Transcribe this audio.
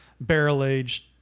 barrel-aged